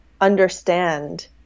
understand